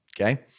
okay